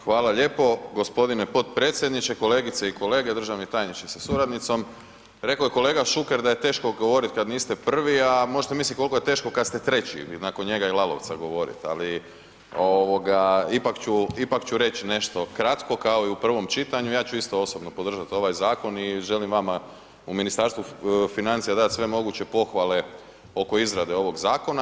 Hvala lijepo g. potpredsjedniče, kolegice i kolege, državni tajniče sa suradnicom, reko je kolega Šuker da je teško govorit kad niste prvi, a možete mislit koliko je teško kad ste treći, nakon njega i Lalovca govorit, ali ovoga ipak ću, ipak ću reći nešto kratko kao i u prvom čitanju, ja ću isto osobno podržat ovaj zakon i želim vama u Ministarstvu financija dat sve moguće pohvale oko izrade ovog zakona.